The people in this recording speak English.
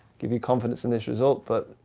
give you confidence in this result. but.